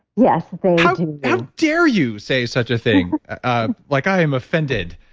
yes, they how dare you say such a thing? ah like i am offended.